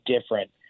different